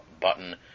button